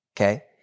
Okay